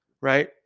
right